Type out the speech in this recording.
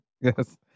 Yes